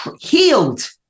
healed